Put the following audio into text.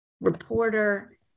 reporter